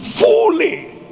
fully